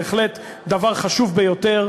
בהחלט דבר חשוב ביותר.